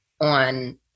on